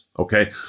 Okay